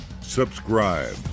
subscribe